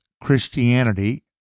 Christianity